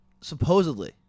supposedly